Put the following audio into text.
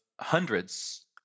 hundreds